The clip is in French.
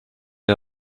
est